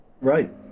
Right